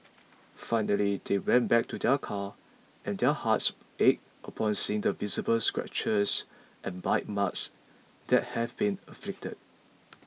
finally they went back to their car and their hearts ached upon seeing the visible scratches and bite marks that have been inflicted